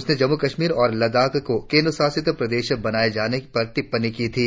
उसने जम्मू कश्मीर और लद्दाख को केंद्रशासित प्रदेश बनाए जाने पर टिप्पणी की थी